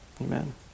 amen